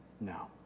No